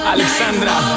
Alexandra